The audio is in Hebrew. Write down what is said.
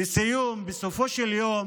לסיום, בסופו של יום